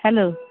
hello